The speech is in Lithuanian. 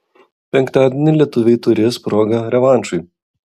penktadienį lietuviai turės progą revanšui